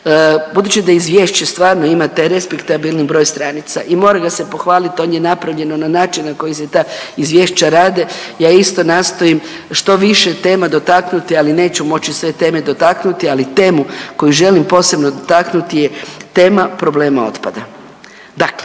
Budući da izvješće stvarno ima taj respektabilni broj stranica i mora ga se pohvaliti on je napravljen na način na koji se ta izvješća rade. Ja isto nastojim što više tema dotaknuti, ali neću moći sve teme dotaknuti, ali temu koju želim posebno dotaknuti je tema problema otpada. Dakle,